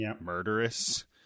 murderous